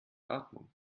atmung